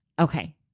Okay